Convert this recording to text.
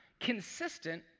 consistent